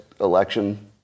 election